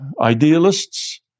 Idealists